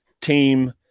team